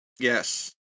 Yes